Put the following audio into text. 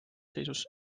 seisus